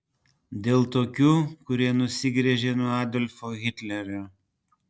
dėl tokių kurie nusigręžė nuo adolfo hitlerio